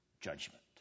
judgment